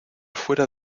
fuera